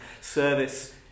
Service